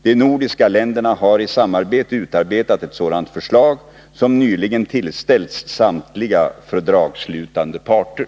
De nordiska länderna har i samarbete utarbetat ett sådant förslag som nyligen tillställts samtliga fördragsslutande parter.